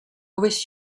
wish